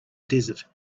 desert